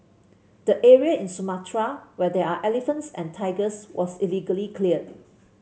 the area in Sumatra where there are elephants and tigers was illegally cleared